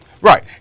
Right